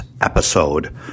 episode